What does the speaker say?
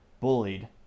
bullied